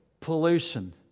pollution